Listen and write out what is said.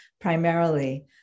primarily